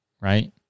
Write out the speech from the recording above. right